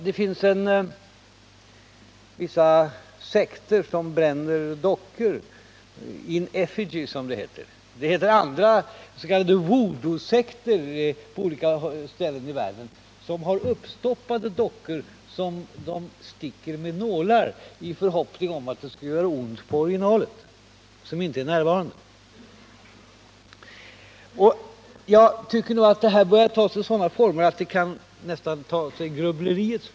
Det finns vissa sekter som bränner dockor, in effigie, som det heter. Och det finns s.k. voodoosekter på olika ställen i världen som har uppstoppade dockor som de sticker med nålar i förhoppning om att det skall göra ont i originalet, som inte är närvarande. Jag tycker nog att det här börjar ta sig sådana former att man nästan kan börja tala om grubbleri.